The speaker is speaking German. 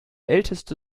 älteste